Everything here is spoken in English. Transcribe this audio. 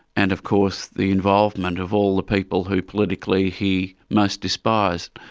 and of course the involvement of all the people who politically he most despised.